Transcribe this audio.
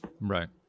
Right